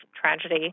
tragedy